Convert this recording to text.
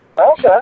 Okay